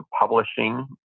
publishing